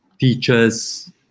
teachers